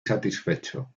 satisfecho